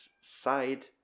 side